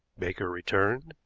baker returned.